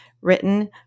Written